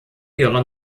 ihrer